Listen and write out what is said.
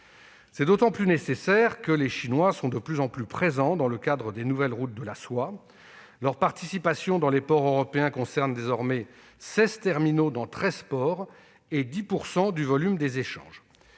est d'autant plus nécessaire que les Chinois sont de plus en plus présents, dans le cadre des nouvelles routes de la soie. Leurs participations dans les ports européens concernent désormais seize terminaux dans treize ports, et 10 % du volume des échanges.